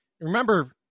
Remember